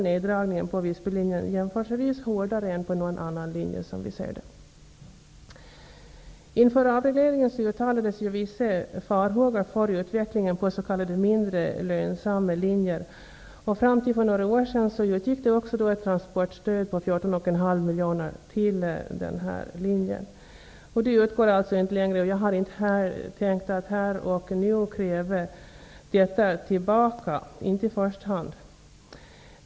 Neddragningen på Visbylinjen slår därför, som vi ser det, jämförelsevis hårdare än på någon annan linje. Fram till för några år sedan lämnades ett transportstöd på 14,5 miljoner kronor till denna linje. Det transportstödet lämnas inte längre. Jag tänker inte här och nu kräva stödet tillbaka -- inte i första hand.